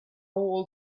all